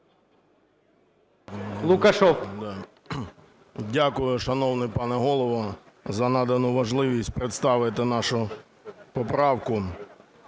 Дякую, шановний пане Голово, за надану можливість представити нашу поправку.